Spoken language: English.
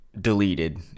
deleted